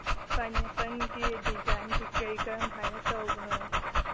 ꯄꯥꯏꯅꯦꯄꯜꯒꯤ design ꯀꯩꯀꯩ ꯀꯔꯝ ꯍꯥꯏꯅ ꯇꯧꯕꯅꯣ